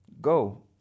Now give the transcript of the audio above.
Go